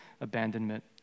abandonment